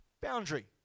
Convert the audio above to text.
Boundary